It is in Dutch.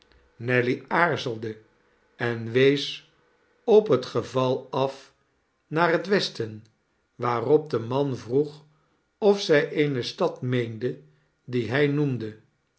nelly aarzelde en wees op het geval afnaar het westen waarop de man vroeg of zij eene stad meende die hij noemde